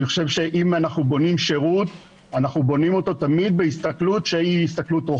אני חושב שאם אנחנו בונים שירות אנחנו בונים אותו תמיד בהסתכלות רוחבית,